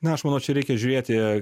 na aš manau čia reikia žiūrėti